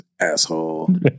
asshole